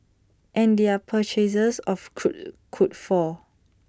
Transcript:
and their purchases of crude could fall